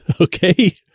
okay